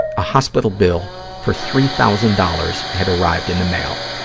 hospital bill for three thousand dollars had arrived in the mail.